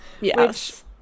Yes